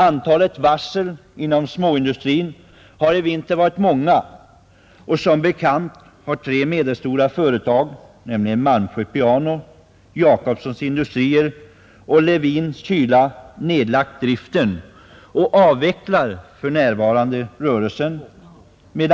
De osedvanligt blygsamma investeringarna i byggnadsbranschen har helt naturligt påverkat sysselsättningen i angränsande branscher även om orsakerna till den